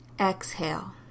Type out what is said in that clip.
exhale